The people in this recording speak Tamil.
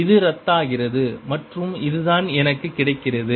இது ரத்தாகிறது மற்றும் இதுதான் எனக்குக் கிடைக்கிறது